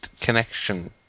connection